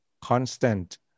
constant